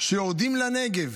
ש"יורדים לנגב".